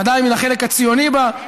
ודאי מן החלק הציוני בה,